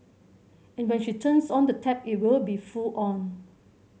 and when she turns on the tap it will be full on